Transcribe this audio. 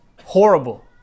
horrible